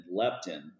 leptin